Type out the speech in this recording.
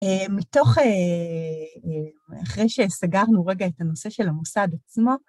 אה, מתוך אה... אחרי שסגרנו רגע את הנושא של המושג עצמו,